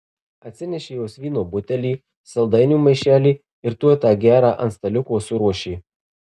atsinešė jos vyno butelį saldainių maišelį ir tuoj tą gerą ant staliuko suruošė